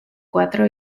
cuatro